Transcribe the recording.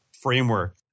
framework